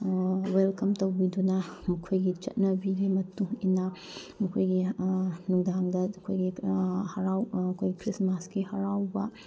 welcome ꯇꯧꯕꯤꯗꯨꯅ ꯃꯈꯣꯏꯒꯤ ꯆꯠꯅꯕꯤꯒꯤ ꯃꯇꯨꯡ ꯏꯟꯅ ꯃꯈꯣꯏꯒꯤ ꯅꯨꯡꯗꯥꯡꯗ ꯑꯩꯈꯣꯏꯒꯤ ꯍꯔꯥꯎ ꯑꯩꯈꯣꯏ ꯈ꯭ꯔꯤꯁꯃꯥꯁꯀꯤ ꯍꯔꯥꯎꯕ